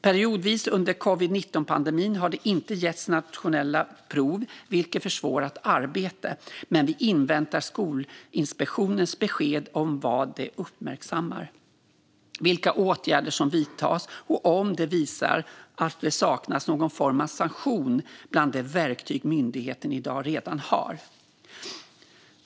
Periodvis under covid-19-pandemin har det inte getts nationella prov, vilket har försvårat arbetet. Vi inväntar dock Skolinspektionens besked om vad de uppmärksammar, vilka åtgärder som vidtas och om det visar sig att det saknas någon form av sanktion bland de verktyg myndigheten i dag redan har.